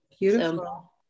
Beautiful